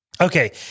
Okay